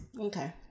Okay